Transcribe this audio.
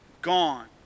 Gone